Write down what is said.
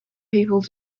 people